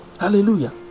Hallelujah